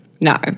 No